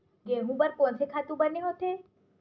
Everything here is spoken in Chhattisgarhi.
गेहूं बर कोन से खातु बने होथे?